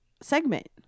segment